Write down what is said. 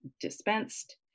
dispensed